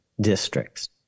districts